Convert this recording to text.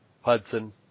Hudson